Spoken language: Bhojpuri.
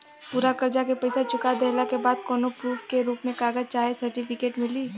पूरा कर्जा के पईसा चुका देहला के बाद कौनो प्रूफ के रूप में कागज चाहे सर्टिफिकेट मिली?